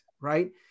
right